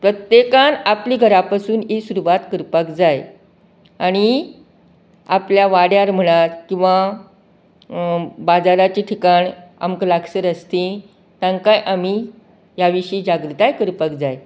प्रत्येकान आपले घरापासून ही सुरवात करपाक जाय आनी आपल्या वाड्यार म्हणात किंवां बाजाराचे ठिकाण आमकां लागसर आसा ती तांकांय आमी ह्या विशीं जागृताय करपाक जाय